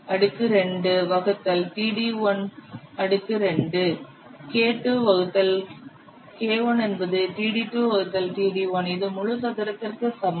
அதனால் K2 வகுத்தல் K1 என்பது td2 வகுத்தல் td1 இது முழு சதுரத்திற்கு சமம்